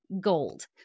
gold